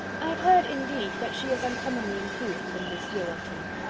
i have heard, indeed, that she is uncommonly improved within this year or two.